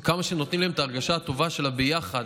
וכמה שנותנים להם את ההרגשה הטובה של הביחד,